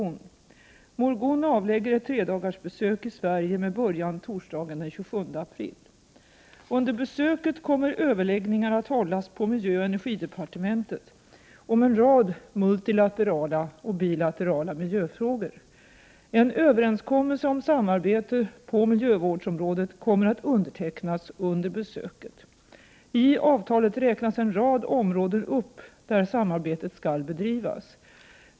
Doktor Molrgun avlägger ett tredagarsbesök i Sverige med början torsdagen den 27 april. Under besöket kommer överläggningar att hållas på miljöoch energidepartementet om en rad multilaterala och bilaterala miljöfrågor. En överenskommelse om samarbete på miljövårdsområdet kommer att undertecknas under besöket. I avtalet räknas en rad områden upp där samarbetet skall bedrivas.